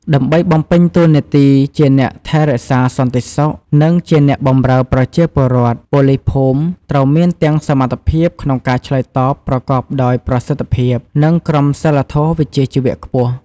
ដើម្បីបំពេញតួនាទីជាអ្នកថែរក្សាសន្តិសុខ និងជាអ្នកបម្រើប្រជាពលរដ្ឋ ប៉ូលីសភូមិត្រូវមានទាំងសមត្ថភាពក្នុងការឆ្លើយតបប្រកបដោយប្រសិទ្ធភាព និងក្រមសីលធម៌វិជ្ជាជីវៈខ្ពស់។